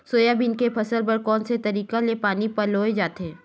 Soybean के फसल बर कोन से तरीका ले पानी पलोय जाथे?